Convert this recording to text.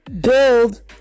build